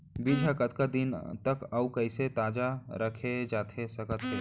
बीज ह कतका दिन तक अऊ कइसे ताजा रखे जाथे सकत हे?